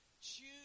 choose